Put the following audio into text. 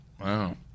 Wow